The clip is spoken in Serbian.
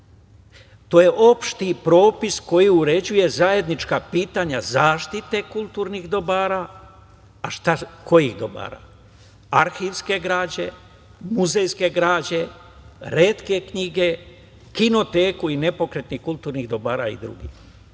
To je opšti propis koji uređuje zajednička pitanja zaštite kulturnih dobara, a kojih dobara? Arhivske građe, muzejske građe, retke knjige, kinoteku i nepokretnih kulturnih dobara i drugih.